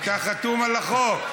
אתה חתום על החוק.